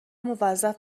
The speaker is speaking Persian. موظف